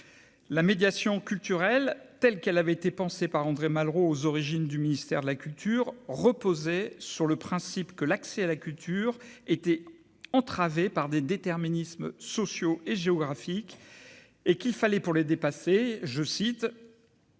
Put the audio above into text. la médiation culturelle telle qu'elle avait été pensé par André Malraux, aux origines du ministère de la Culture reposer sur le principe que l'accès à la culture était entravée par des déterminismes sociaux et géographiques et qu'il fallait pour les dépasser, je cite.